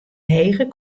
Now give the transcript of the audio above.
hege